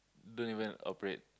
don't even operate